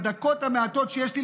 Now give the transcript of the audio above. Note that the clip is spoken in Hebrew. בדקות המעטות שיש לי,